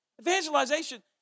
Evangelization